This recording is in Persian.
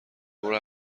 برو